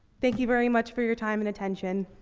thank you very much for your time and attention.